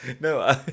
no